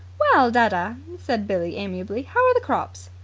well, dadda, said billie amiably, how are the crops?